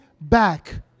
back